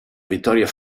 vittoria